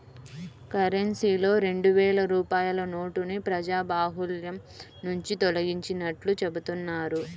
కరెన్సీలో రెండు వేల రూపాయల నోటుని ప్రజాబాహుల్యం నుంచి తొలగించినట్లు చెబుతున్నారు